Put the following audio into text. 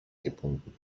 gebunden